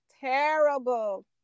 terrible